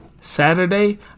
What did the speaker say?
Saturday